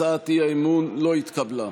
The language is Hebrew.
הצעת האי-אמון לא התקבלה.